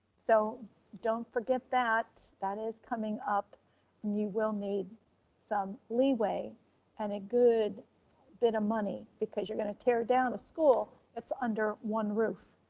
so don't forget that, that is coming up and you will need some leeway and a good bit of money because you're gonna tear down a school it's under one roof.